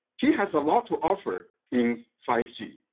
he has a lot to offer in five g.